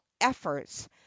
efforts